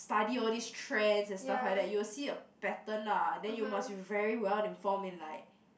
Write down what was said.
study all these trends and stuff like that you will see a pattern ah then you must be very well informed in like